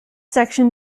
section